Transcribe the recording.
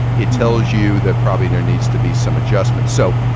it tells you that probably there needs to be some adjustment. so